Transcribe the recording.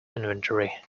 inventory